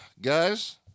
Guys